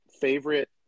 favorite